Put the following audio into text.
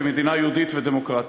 כמדינה יהודית ודמוקרטית.